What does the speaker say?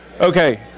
Okay